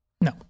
No